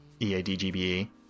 E-A-D-G-B-E